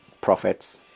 prophets